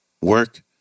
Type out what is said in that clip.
Work